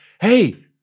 hey